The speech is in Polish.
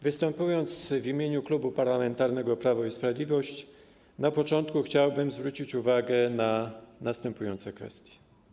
Występując w imieniu Klubu Parlamentarnego Prawo i Sprawiedliwość, na początku chciałbym zwrócić uwagę na następujące kwestie.